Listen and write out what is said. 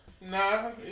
Nah